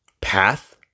path